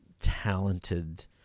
talented